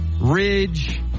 Ridge